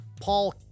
Paul